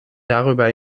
darüber